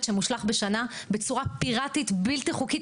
שמושלת בשנה בצורה פיראטית בלתי חוקית,